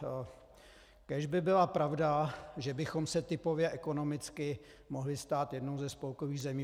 Kéž by byla pravda, že bychom se typově, ekonomicky mohli stát jednou ze spolkových zemí.